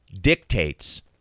dictates